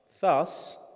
Thus